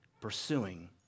pursuing